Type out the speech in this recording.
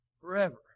Forever